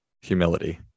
humility